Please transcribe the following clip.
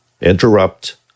interrupt